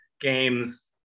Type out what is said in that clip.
games